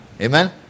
Amen